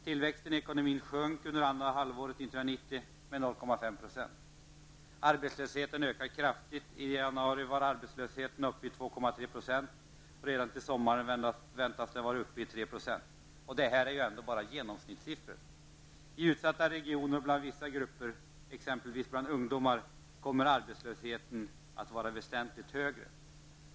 Tillväxten i ekonomin sjönk under andra halvåret Arbetslösheten ökar kraftigt. I januari var arbetslösheten 2,3 %. Redan till sommaren väntas den vara uppe i 3 %. Detta är alltså bara genomsnittssiffror. I utsatta regioner och inom vissa grupper t.ex. bland ungdomar, kommer arbetslösheten att vara väsentligt högre.